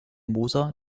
moser